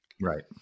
right